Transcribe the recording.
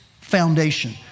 foundation